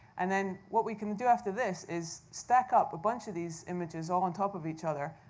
and then, what we can do after this is stack up a bunch of these images, all on top of each other,